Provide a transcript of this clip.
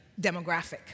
demographic